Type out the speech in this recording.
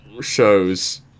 shows